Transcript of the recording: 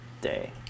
day